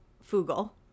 Fugle